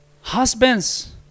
Husbands